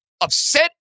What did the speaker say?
upset